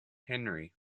henry